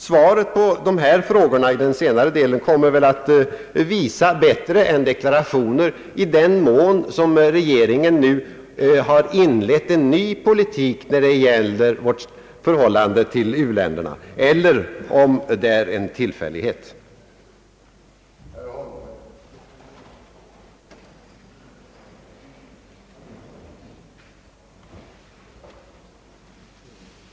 Svaret på frågorna i den senare delen av mitt anförande torde bättre än deklarationer komma att visa, i vad mån regeringen nu har inlett en ny politik när det gäller vårt förhållande till u-länderna eller om det inträffade är en tillfällig företeelse.